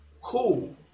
cool